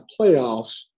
playoffs